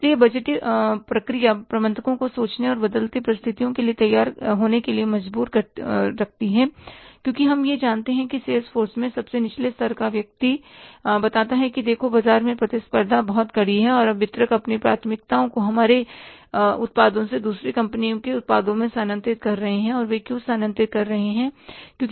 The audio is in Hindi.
इसलिए बजटीय प्रक्रिया प्रबंधकों को सोचने और बदलती परिस्थितियों के लिए तैयार होने के लिए मजबूर करती है क्योंकि हम यह जानते हैं सेल्सफोर्स में सबसे निचले स्तर का व्यक्ति बताता है कि देखो बाजार में प्रतिस्पर्धा बहुत कड़ी है और अब वितरक अपनी प्राथमिकताओं को हमारे उत्पादों से दूसरी कंपनियों के उत्पादों में स्थानांतरित कर रहे हैं और वे क्यों स्थानांतरित कर रहे हैं